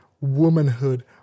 womanhood